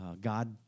God